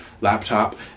laptop